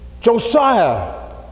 Josiah